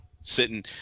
sitting